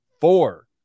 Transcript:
four